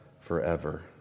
forever